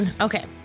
Okay